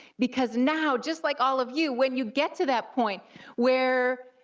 because now, just like all of you, when you get to that point where